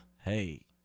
Hey